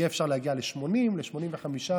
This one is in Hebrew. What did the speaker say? יהיה אפשר להגיע ל-80% או ל-85%